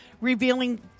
revealing